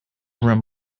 room